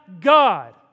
God